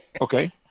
Okay